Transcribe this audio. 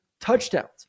touchdowns